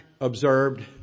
observed